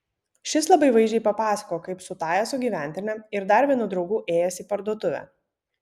šis labai vaizdžiai papasakojo kaip su tąja sugyventine ir dar vienu draugu ėjęs į parduotuvę